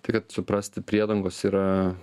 tai kad suprasti priedangos yra